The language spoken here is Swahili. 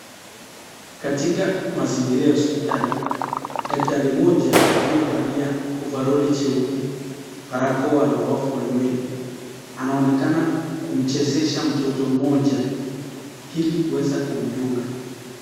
Katika mazingira ya hospitali, daktari mmoja aliyevalia ovaroli jeupe, barakoa na wavu wa nywele anaonekana kumchezesha mtoto mmoja ili kuweza kumdunga.